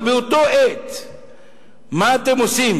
אבל באותה עת מה אתם עושים?